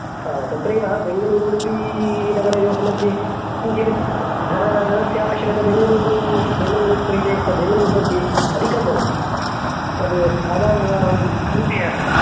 हा तत्रैव बेङ्गलूरु उडुपीनगरयोः मध्ये किञ्चित् धन धनस्यावश्यकता वेङ्गलूरु बेङ्गलूरु समीपे बेङ्गलूरु मध्ये अधिकं भवति तद् आदावेव अहं सूचयामि